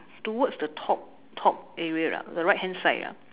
towards the top top area lah the right hand side ah